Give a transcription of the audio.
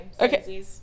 Okay